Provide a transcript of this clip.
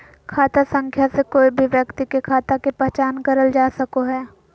खाता संख्या से कोय भी व्यक्ति के खाता के पहचान करल जा सको हय